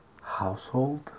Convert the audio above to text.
household